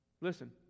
Listen